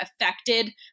affected